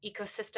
ecosystem